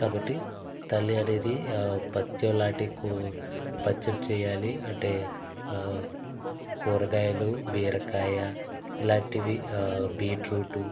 కాబట్టి తల్లి అనేది పత్యం లాంటి కూ పత్యం చేయాలి అంటే కూరగాయలు బీరకాయ ఇలాంటివి బీట్రూటు